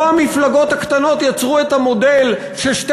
לא המפלגות הקטנות יצרו את המודל ששתי